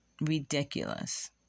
ridiculous